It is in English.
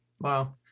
Wow